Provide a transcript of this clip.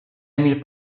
emil